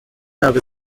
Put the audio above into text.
ntabwo